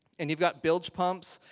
and you've got bilge pumps.